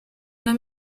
una